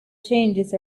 changes